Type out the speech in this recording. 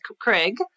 Craig